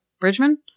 Bridgman